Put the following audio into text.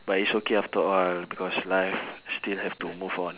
but it's okay after a while because life still have to move on